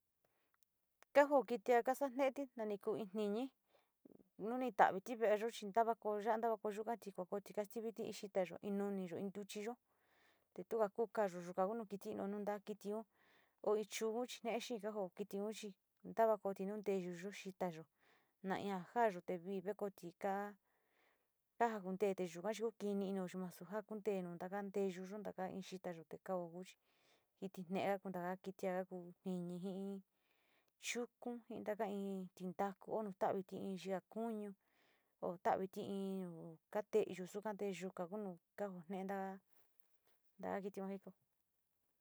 Tajao kiti ka sa neati na ni ku in tiñi un taviti veeyo ntacakoo ya´a, ntavako yukati kuako kastiuti in xitayo, in ntuchiyo te tuka ku kayuyo yuka ku un kiti iniyo nu taka kitio, ko in chuko nee xee ka ji kitiun chi ntavo koyo un nteyuyo, xitayo, na in ja jaayo vi vaikoyoti kaa kaja kuntee ku kini inio na su ja kontee un taka nteyuyo, no in xitayo te kao chi kiti ne´e ka kunta taka nteyuyo, na in xitayo te kao chi kiti ne´e kakunta taka kitia ja kutiñi ji chuko ji taka in tintaku o na ta´aviti in yaa kuñu o traviti in o kate´eyo su suka te yuka ku un kaotenta´a in kitia jito.